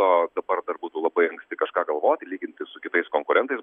o dabar dar būtų labai anksti kažką galvoti lyginti su kitais konkurentais